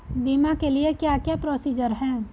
बीमा के लिए क्या क्या प्रोसीजर है?